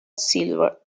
silver